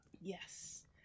Yes